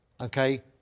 okay